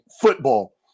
football